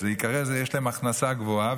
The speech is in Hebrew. זה ייקרא שיש להם הכנסה גבוהה,